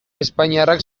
espainiarrak